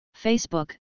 Facebook